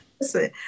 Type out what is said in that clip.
Listen